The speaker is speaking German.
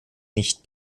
nicht